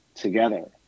together